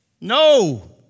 No